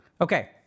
Okay